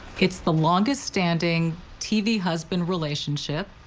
it's the longest standing tv has been relationship.